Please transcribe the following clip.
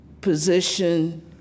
position